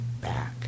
back